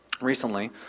Recently